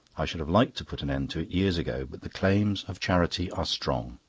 i should have liked to put an end to it years ago but the claims of charity are strong.